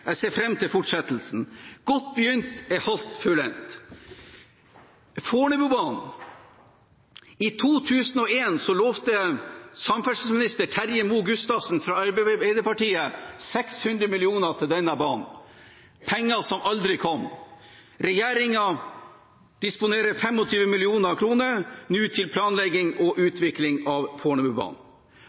Jeg ser fram til fortsettelsen. Godt begynt er halvt fullendt. Når det gjelder Fornebubanen: I 2001 lovet samferdselsminister Terje Moe Gustavsen fra Arbeiderpartiet 600 mill. kr til denne banen – penger som aldri kom. Regjeringen disponerer nå 25 mill. kr til planlegging og utvikling av Fornebubanen.